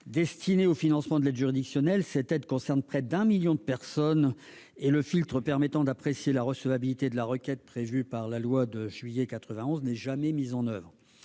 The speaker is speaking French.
destinés au financement de l'aide juridictionnelle. Cette aide concerne près de 1 million de personnes, et le filtre permettant d'apprécier la recevabilité de la requête prévu par la loi de juillet 1991 n'est jamais mis en oeuvre.